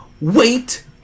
wait